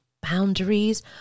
boundaries